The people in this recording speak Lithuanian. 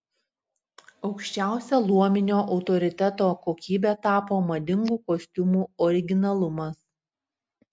aukščiausia luominio autoriteto kokybe tapo madingų kostiumų originalumas